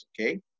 okay